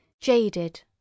jaded